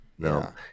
No